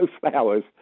flowers